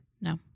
No